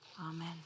Amen